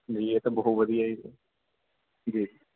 ਜੀ ਇਹ ਤਾਂ ਬਹੁਤ ਵਧੀਆ ਜੀ